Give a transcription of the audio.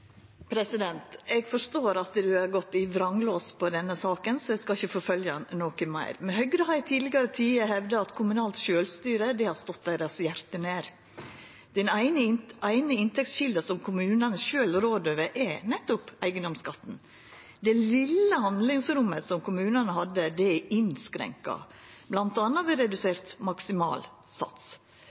Eg forstår at ein har gått i vranglås i denne saka, så eg skal ikkje forfølgja ho noko meir. Høgre har i tidlegare tider hevda at kommunalt sjølvstyre har stått deira hjarte nær. Den eine inntektskjelda som kommunane sjølv rår over, er nettopp eigedomsskatten. Det vesle handlingsrommet som kommunane hadde, er innskrenka bl.a. ved ein redusert